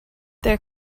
their